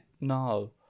No